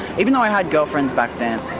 even though i had girlfriends back then,